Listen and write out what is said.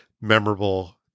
memorable